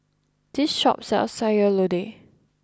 this shop sells Sayur Lodeh